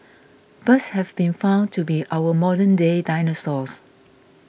birds have been found to be our modernday dinosaurs